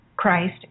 Christ